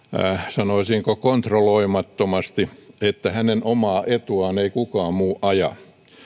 sanoisinko kontrolloimattomasti ajatella että hänen omaa etuaan ei kukaan muu aja